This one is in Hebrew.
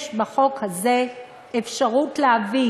יש בחוק הזה אפשרות להביא